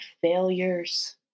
failures